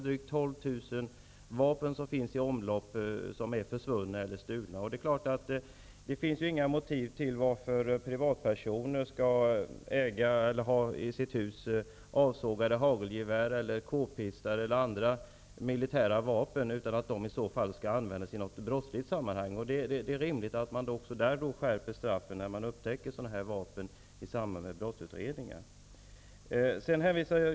Drygt 12 000 försvunna eller stulna vapen finns ju nu i omlopp, och det finns naturligtvis inga motiv till att privatpersoner i sina hus skall ha avsågade hagelgevär, kpistar och andra militära vapen, utan avsikten är väl i sådana fall att dessa vapen skall användas i något brottsligt sammanhang. Det är rimligt att man också skärper straffen när man upptäcker sådana här vapen i samband med en brottsutredning.